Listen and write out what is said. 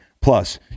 Plus